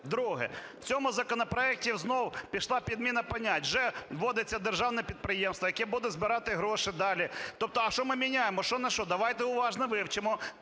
Друге. В цьому законопроекті знову пішла підміна понять. Вже вводиться державне підприємство, яке буде збирати гроші далі. Тобто а що ми міняємо, що на що? Давайте уважно вивчимо,